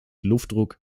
luftdruck